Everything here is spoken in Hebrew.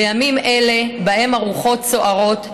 בימים אלה הרוחות סוערות,